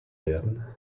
werden